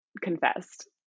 confessed